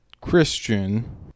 Christian